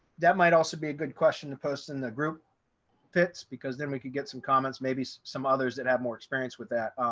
that might also be a good question to post in the group fits, because then we could get some comments, maybe some others that have more experience with that.